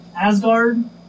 Asgard